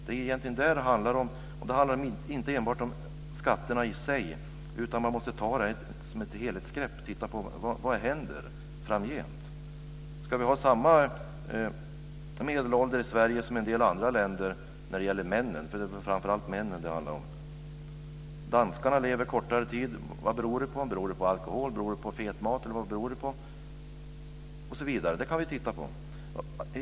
Det är egentligen det som det handlar om. Det handlar inte enbart om skatterna i sig, utan man måste ta ett helhetsgrepp och titta på vad som händer framgent. Ska vi ha samma medelålder i Sverige som i en del andra länder när det gäller männen, för det är framför allt männen som det handlar om? Danskarna lever kortare tid. Vad beror det på? Beror det på alkohol, beror det på fet mat osv., eller vad beror det på? Detta kan vi titta på.